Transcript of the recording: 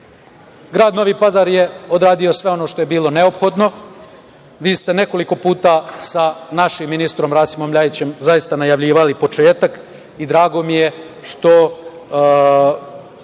Novi Pazar je odradio sve ono što je bilo neophodno. Vi ste nekoliko puta sa našim ministrom Rasimom Ljajićem zaista najavljivali početak i drago mi je što